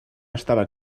estava